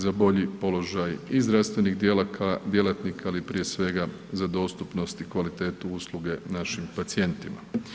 Za bolji položaj i zdravstvenih djelatnika, ali prije svega za dostupnost i kvalitetu usluge našim pacijentima.